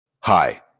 Hi